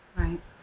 Right